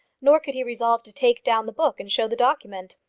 nor could he resolve to take down the book and show the document.